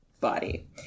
body